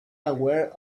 aware